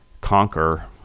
conquer